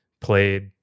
played